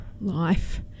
life